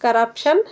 corruption